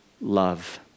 love